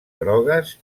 grogues